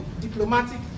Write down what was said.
diplomatic